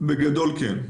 בגדול, כן.